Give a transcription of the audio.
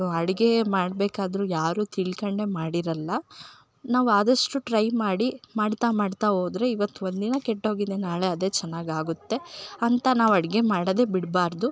ಅಡಿಗೆ ಮಾಡಬೇಕಾದ್ರು ಯಾರು ತಿಳ್ಕೊಂಡೆ ಮಾಡಿರೋಲ್ಲ ನಾವು ಆದಷ್ಟು ಟ್ರೈ ಮಾಡಿ ಮಾಡ್ತ ಮಾಡ್ತ ಹೋದ್ರೆ ಇವತ್ತು ಒಂದಿನ ಕೆಟ್ಟು ಹೋಗಿದೆ ನಾಳೆ ಅದೇ ಚೆನ್ನಾಗಾಗುತ್ತೆ ಅಂತ ನಾವು ಅಡಿಗೆ ಮಾಡೋದೇ ಬಿಡಬಾರ್ದು